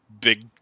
big